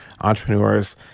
entrepreneurs